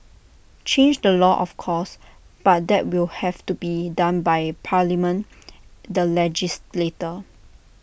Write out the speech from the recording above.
change the law of course but that will have to be done by parliament the legislators